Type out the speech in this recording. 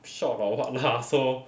short or what lah so